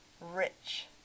rich